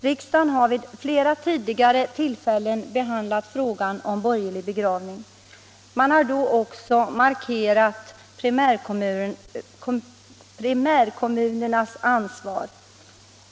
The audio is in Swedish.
Riksdagen har vid flera tidigare tillfällen behandlat frågan om borgerlig begravning. Man har då också markerat primärkommunernas ansvar.